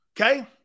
Okay